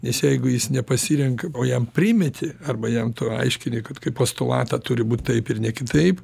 nes jeigu jis nepasirenka o jam primeti arba jam tu aiškini kad kaip postulatą turi būt taip ir ne kitaip